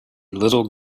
little